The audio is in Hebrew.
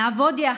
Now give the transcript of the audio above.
נעבוד יחד,